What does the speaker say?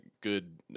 good